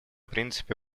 принципе